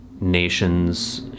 nations